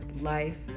Life